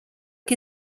que